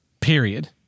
period